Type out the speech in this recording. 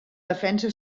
defensa